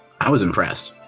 i was impressed.